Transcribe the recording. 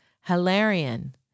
Hilarion